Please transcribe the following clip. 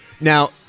Now